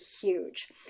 huge